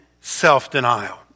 self-denial